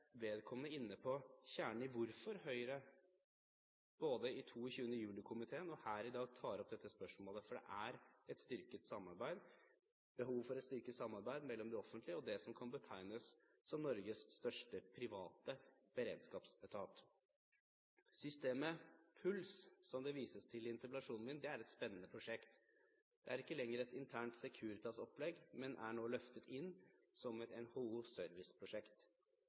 i dag tar opp dette spørsmålet, for det er behov for et styrket samarbeid mellom det offentlige og det som kan betegnes som Norges største private beredskapsetat. Systemet Puls, som jeg viser til, er et spennende prosjekt. Dette er ikke lenger et internt Securitas-opplegg, men er nå løftet inn som et NHO